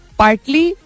partly